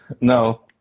No